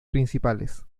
principales